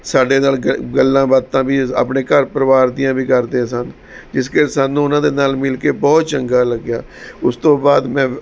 ਸਾਡੇ ਨਾਲ ਗ ਗੱਲਾਂ ਬਾਤਾਂ ਵੀ ਆਪਣੇ ਘਰ ਪਰਿਵਾਰ ਦੀਆਂ ਵੀ ਕਰਦੇ ਸਨ ਜਿਸ ਕਰਕੇ ਸਾਨੂੰ ਉਹਨਾਂ ਦੇ ਨਾਲ ਮਿਲ ਕੇ ਬਹੁਤ ਚੰਗਾ ਲੱਗਿਆ ਉਸ ਤੋਂ ਬਾਅਦ